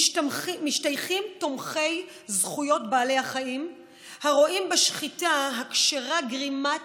משתייכים תומכי זכויות בעלי החיים הרואים בשחיטה הכשרה גרימת